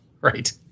Right